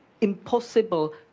impossible